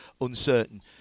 uncertain